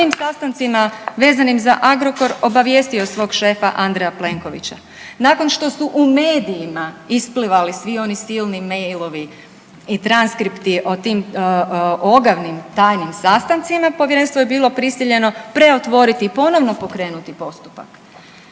o svim sastancima vezanim za Agrokor obavijestio svog šefa Andreja Plenkovića. Nakon što su u medijima isplivali svi oni silni mailovi i transkripti o tim ogavnim tajnim sastancima, povjerenstvo je bilo prisiljeno preotvoriti i ponovno pokrenuti postupak